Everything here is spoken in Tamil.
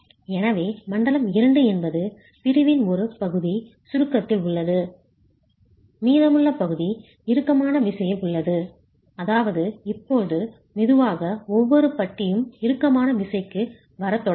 எனவே மண்டலம் 2 என்பது பிரிவின் ஒரு பகுதி சுருக்கத்தில் உள்ளது மீதமுள்ள பகுதி இறுக்கமான விசையில் உள்ளது அதாவது இப்போது மெதுவாக ஒவ்வொரு பட்டியும் இறுக்கமான விசைக்கு வரத் தொடங்கும்